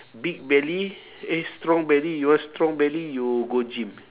big belly eh strong belly you want strong belly you go gym